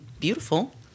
beautiful